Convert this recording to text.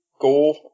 go